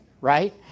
right